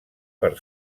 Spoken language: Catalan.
per